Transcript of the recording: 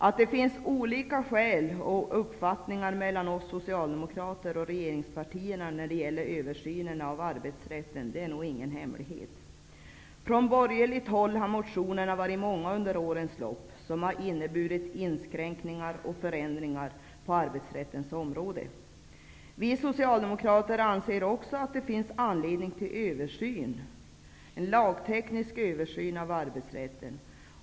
Att vi socialdemokrater och regeringspartierna har olika uppfattning när det gäller översyn av arbetsrätten är nog ingen hemlighet. Från borgerligt håll har det väckts många motioner under årens lopp, där man har föreslagit inskränkningar och förändringar på arbetsrättens område. Vi socialdemokrater anser också att det finns anledning att göra en lagteknisk översyn av arbetsrätten.